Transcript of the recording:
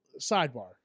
Sidebar